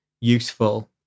useful